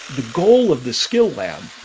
goal of the skill lab